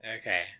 Okay